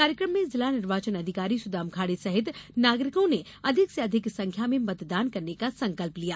कार्यकम में जिला निर्वाचन अधिकारी सुदाम खाड़े सहित नागरिकों ने अधिक से अधिक संख्या में मतदान करने का संकल्प लिया